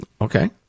Okay